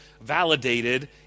validated